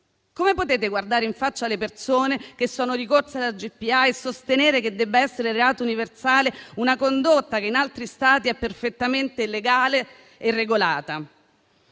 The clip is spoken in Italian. Come potete guardare in faccia le persone che sono ricorse alla GPA e sostenere che debba essere reato universale una condotta che in altri Stati è perfettamente legale e regolata?